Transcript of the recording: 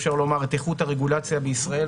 את איכות הרגולציה בישראל,